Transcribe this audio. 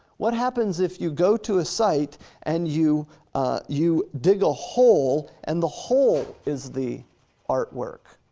what happens if you go to a site and you you dig a hole and the hole is the artwork?